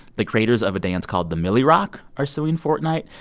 the creators of a dance called the milly rock are suing fortnite.